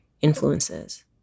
influences